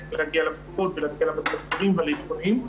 ולהגיע לקופות ולהגיע למרכז חולים ולטיפולים,